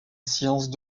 science